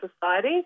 society